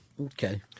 Okay